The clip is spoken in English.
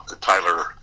Tyler